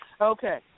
Okay